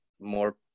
more